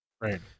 Right